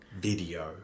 video